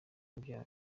umubyara